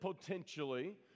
potentially